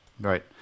right